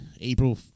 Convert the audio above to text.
April